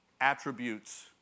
attributes